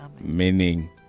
meaning